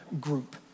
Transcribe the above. group